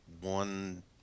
one